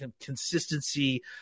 consistency